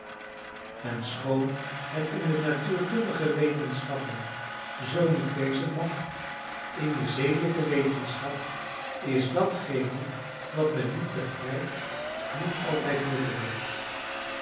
en schoon het in de natuurkundige wetenschappen zoo niet wezen mag in de zedelijke wetenschap is datgene wat men niet begrijpt niet altijd nutteloos